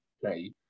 play